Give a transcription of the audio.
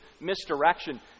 misdirection